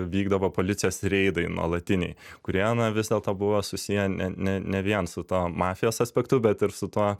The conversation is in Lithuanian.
vykdavo policijos reidai nuolatiniai kurie na vis dėlto buvo susiję ne ne ne vien su tuo mafijos aspektu bet ir su tuo